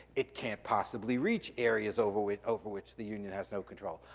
it can't possibly reach areas over which over which the union has no control.